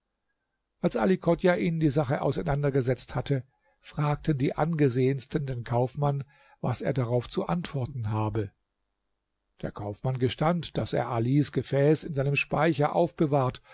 als ali chodjah ihnen die sache auseinandergesetzt hatte fragten die angesehensten den kaufmann was er darauf zu antworten habe der kaufmann gestand daß er alis gefäß in seinem speicher aufbewahrt